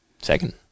Second